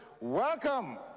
Welcome